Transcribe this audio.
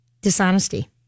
dishonesty